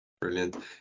Brilliant